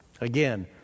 Again